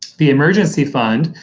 the emergency fund,